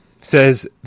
says